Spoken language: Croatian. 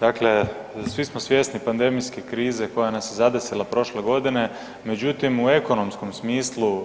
Dakle, svi smo svjesni pandemijske krize koja nas je zadesila prošle godine međutim u ekonomskom smislu